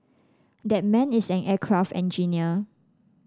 that man is an aircraft engineer